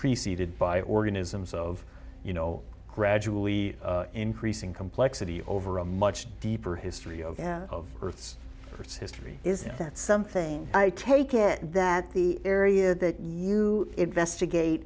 preceded by organisms of you know gradually increasing complexity over a much deeper history of earth's history is that something i take it that the area that you investigate